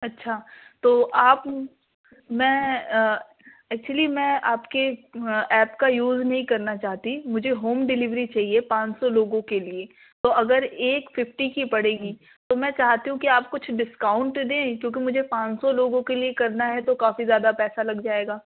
اچھا تو آپ میں ایکچولی میں آپ کے ایپ کا یوز نہیں کرنا چاہتی مجھے ہوم ڈلیوری چاہیے پانچ سو لوگوں کے لیے تو اگر ایک ففٹی کی پڑے گی تو میں چاہتی ہوں کہ آپ کچھ ڈسکاؤنٹ دیں کیونکہ مجھے پانچ سو لوگوں کے لیے کرنا ہے تو کافی زیادہ پیسہ لگ جائے گا